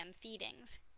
feedings